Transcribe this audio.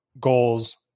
goals